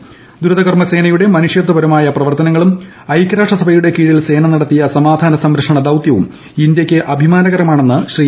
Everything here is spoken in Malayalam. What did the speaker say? നിർണായക പങ്ക് ദ്രുതകർമ്മസേനയുടെ മനുഷ്യത്പർമായ പ്രവർത്തനങ്ങളും ഐക്യരാഷ്ട്രസഭയുടെ കീഴിൽ സേന നടത്തിയ സമാധാന സംരക്ഷണ ദൌതൃവും ഇന്തൃയ്ക്ക് അഭിമാനകരമാണെന്നും ശ്രീ